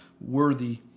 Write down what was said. worthy